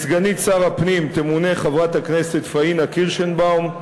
לסגנית שר הפנים תמונה חברת הכנסת פניה קירשנבאום,